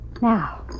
Now